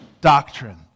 doctrine